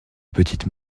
petite